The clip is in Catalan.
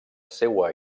seua